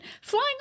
flying